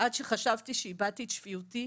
עד שחשבתי שאיבדתי את שפיותי,